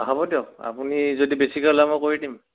হ'ব দিয়ক আপুনি যদি বেছিকৈ লয় মই কৰি দিম